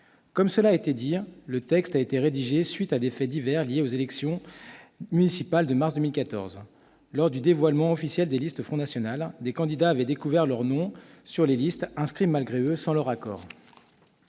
Comme cela a été dit, le texte a été rédigé à la suite de faits divers liés aux élections municipales de mars 2014. Lors du dévoilement officiel des listes du Front national, des candidats avaient découvert leur nom sur des listes, inscrits malgré eux, sans leur accord.